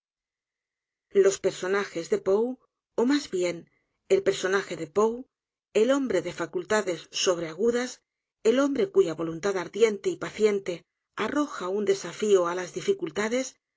los personajes de poe ó más bien el personaje de poe el hombre de facultades sobreagudas el hombre cuya voluntad ardiente y paciente arroja un desafío á las dificultades